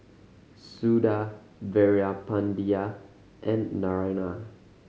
Suda Veerapandiya and Naraina